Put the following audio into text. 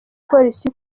polisi